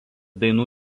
dainų